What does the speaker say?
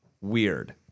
weird